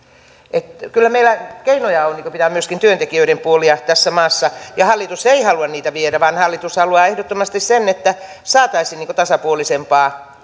kyllä meillä keinoja on pitää myöskin työntekijöiden puolia tässä maassa ja hallitus ei halua niitä viedä vaan hallitus haluaa ehdottomasti sen että saataisiin tasapuolisempaa